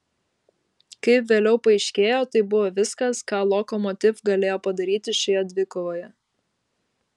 kaip vėliau paaiškėjo tai buvo viskas ką lokomotiv galėjo padaryti šioje dvikovoje